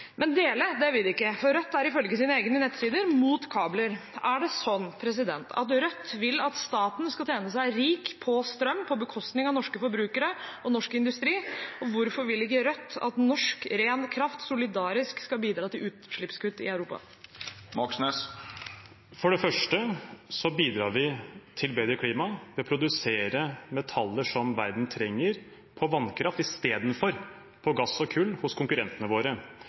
men dele vil de ikke, og Rødt er ifølge sine egne nettsider imot kabler. Er det sånn at Rødt vil at staten skal tjene seg rik på strøm på bekostning av norske forbrukere og norsk industri? Og hvorfor vil ikke Rødt at norsk ren kraft solidarisk skal bidra til utslippskutt i Europa? For det første bidrar vi til bedre klima ved å produsere metaller som verden trenger, på vannkraft istedenfor på gass og kull som hos konkurrentene våre.